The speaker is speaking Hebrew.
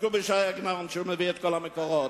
תסתכלו בש"י עגנון, הוא מביא את כל המקורות.